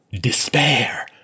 despair